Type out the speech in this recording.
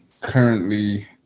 Currently